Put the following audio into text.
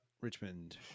Richmond